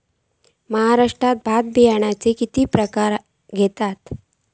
महाराष्ट्रात भात बियाण्याचे कीतके प्रकार घेतत?